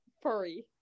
furry